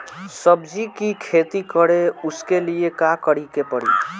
सब्जी की खेती करें उसके लिए का करिके पड़ी?